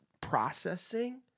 processing